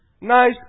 Nice